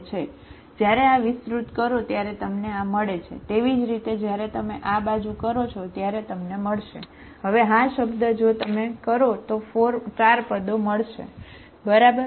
જ્યારે આ વિસ્તૃત કરો ત્યારે તમને આ મળે છે તેવી જ રીતે જ્યારે તમે આ બાજુ કરો છો ત્યારે તમને મળશે હવે આ શબ્દ જો તમે કરો તો 4 પદો તમને મળશે બરાબર